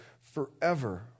forever